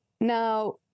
Now